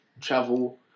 travel